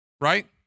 right